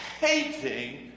hating